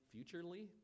futurely